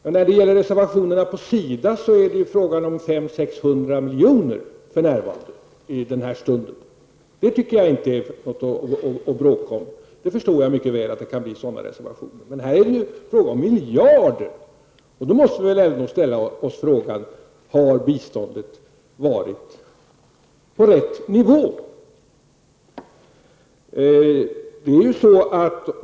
Och när det gäller reservationerna på SIDA är det för närvarande fråga om 500--600 milj.kr. Det tycker jag inte är något att bråka om. Jag förstår mycket väl att det kan bli sådana reservationer. Men här är det alltså fråga om miljarder. Och då måste man väl ändå ställa frågan: Har biståndet varit på rätt nivå?